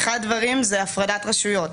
דבר אחד הוא הפרדת רשויות.